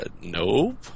nope